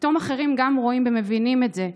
פתאום אחרים גם רואים ומבינים את זה.